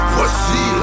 Voici